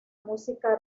música